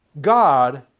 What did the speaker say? God